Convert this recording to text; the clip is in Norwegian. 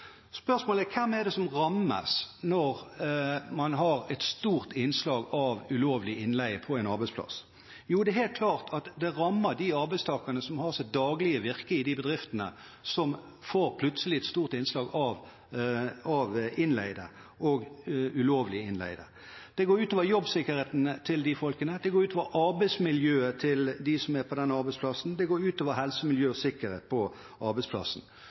Spørsmålet er: Hvem er det som rammes når man har et stort innslag av ulovlig innleie på en arbeidsplass? Jo, det er helt klart at det rammer de arbeidstakerne som har sitt daglige virke i de bedriftene som plutselig får et stort innslag av innleide og ulovlig innleide. Det går ut over jobbsikkerheten til de folkene, det går ut over arbeidsmiljøet til dem som er på den arbeidsplassen, og det går ut over helse, miljø og sikkerhet på arbeidsplassen.